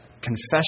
confession